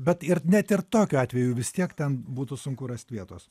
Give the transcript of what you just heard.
bet ir net ir tokiu atveju vis tiek ten būtų sunku rast vietos